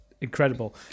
incredible